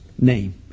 name